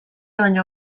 baino